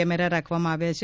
camera રાખવામાં આવ્યા છે